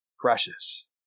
precious